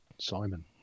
Simon